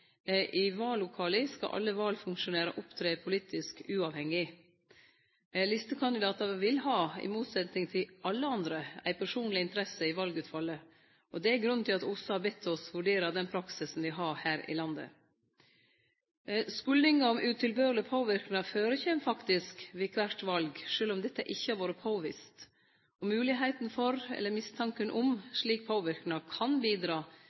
I vallokala skal alle valfunksjonærar opptre politisk uavhengig. Listekandidatar vil, i motsetning til alle andre, ha ei personleg interesse i valutfallet, og det er grunnen til at OSSE har bedt oss vurdere den praksisen me har her i landet. Skuldingar om utilbørleg påverknad førekjem faktisk ved kvart val, sjølv om dette ikkje har vore påvist. Og moglegheita for – eller mistanken om – slik påverknad kan bidra